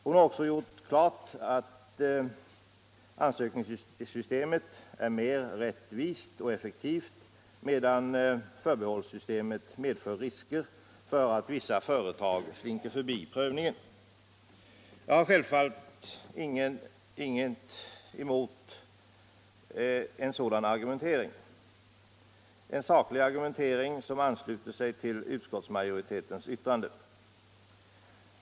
Hon har också klart visat att ansökningssystemet är mer rättvist och effektivt, medan förbehållssystemet medför risker för att vissa företag slinker förbi prövningen. Jag har självfallet inget emot en sådan argumentering — en saklig argumentering som ansluter till utskottsmajoritetens yttrande.